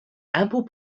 ample